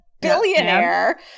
billionaire